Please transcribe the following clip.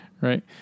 Right